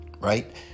right